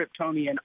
Kryptonian